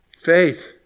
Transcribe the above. Faith